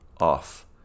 off